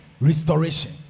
restoration